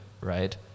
right